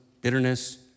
bitterness